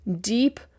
deep